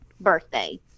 birthday